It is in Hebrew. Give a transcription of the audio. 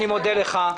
אני מודה לך.